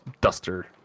duster